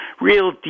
real